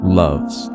loves